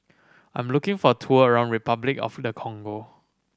I'm looking for tour around Repuclic of the Congo